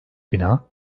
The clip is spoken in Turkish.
bina